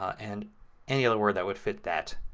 and any other word that would fit that.